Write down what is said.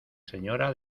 señora